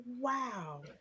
wow